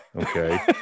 Okay